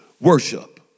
Worship